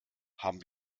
haben